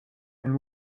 and